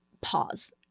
pause